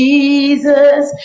Jesus